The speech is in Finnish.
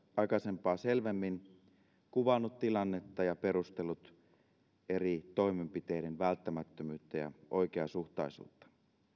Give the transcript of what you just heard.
aikaisempaa selvemmin kuvannut tilannetta ja perustellut eri toimenpiteiden välttämättömyyttä ja oikeasuhtaisuutta